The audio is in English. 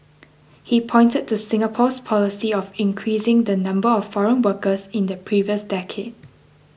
he pointed to Singapore's policy of increasing the number of foreign workers in the previous decade